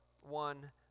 one